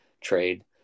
trade